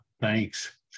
thanks